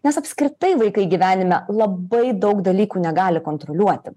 nes apskritai vaikai gyvenime labai daug dalykų negali kontroliuoti